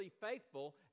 faithful